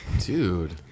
dude